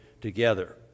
together